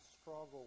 struggle